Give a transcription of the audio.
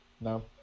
No